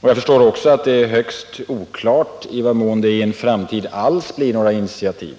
Jag förstår också att det är högst oklart i vad mån det i en framtid alls blir några initiativ.